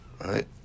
Right